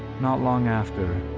not long after,